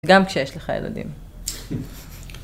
גם כשיש לך ילדים.